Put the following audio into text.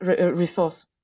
resource